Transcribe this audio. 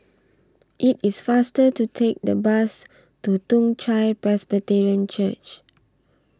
IT IS faster to Take The Bus to Toong Chai Presbyterian Church